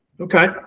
Okay